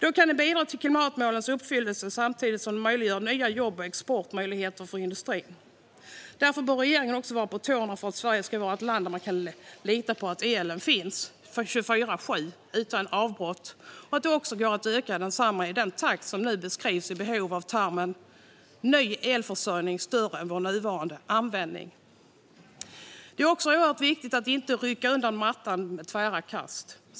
Det kan bidra till klimatmålens uppfyllelse samtidigt som det möjliggör för nya jobb och exportmöjligheter för industrin. Regeringen bör därför vara på tårna också när det gäller att Sverige ska vara ett land där man kan lita på att det finns el 24:7, utan avbrott. Elförsörjningen bör också gå att öka i den takt som beskrivs i termer av behov av ny elförsörjning som är större än vår nuvarande användning. Det är också oerhört viktigt att inte tvärt rycka undan mattan.